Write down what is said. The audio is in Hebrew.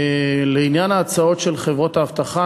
לעניין ההצעות של חברות האבטחה,